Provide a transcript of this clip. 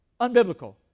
Unbiblical